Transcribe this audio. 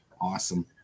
Awesome